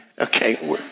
Okay